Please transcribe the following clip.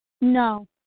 no